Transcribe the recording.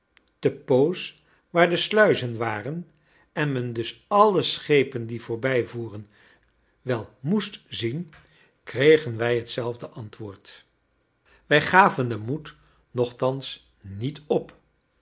te poses waar er sluizen waren en men dus alle schepen die voorbijvoeren wel moest zien kregen wij hetzelfde antwoord wij gaven den moed nochtans niet op